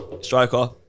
striker